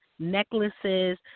necklaces